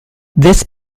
this